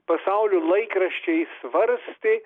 pasaulio laikraščiai svarstė